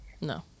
No